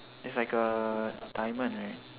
it's like a diamond right